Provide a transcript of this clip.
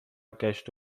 گشت